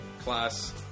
class